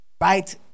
right